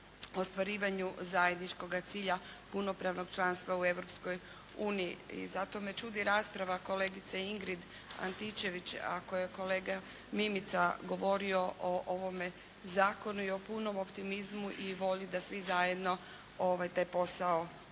ostvarivanju zajedničkoga cilja punopravnog članstva u Europskoj uniji i zato me čudi rasprava kolegice Ingrid Antičević, ako je kolega Mimica govorio o ovome zakonu i o punom optimizmu i volji da svi zajedno taj posao